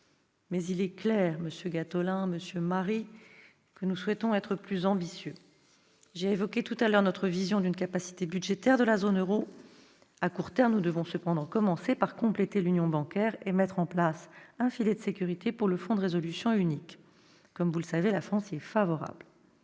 Mais il est clair, monsieur Gattolin, monsieur Marie, que nous souhaitons être plus ambitieux. J'ai évoqué tout à l'heure notre vision d'une capacité budgétaire de la zone euro. À court terme, nous devons cependant commencer par compléter l'union bancaire, par déployer un filet de sécurité pour le fonds de résolution unique. Vous le savez, la France est favorable